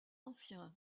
ancien